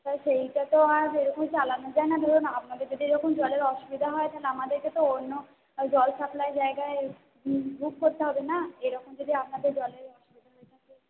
সেইটা তো আর এরকম চালানো যায় না ধরুন আপনাদের যদি এরকম জলের অসুবিধা হয় তাহলে আমাদেরকে তো অন্য জল সাপ্লাইয়ের জায়গায় বুক করতে হবে না এরকম যদি আপনাদের জলের অসুবিধা হয়ে থাকে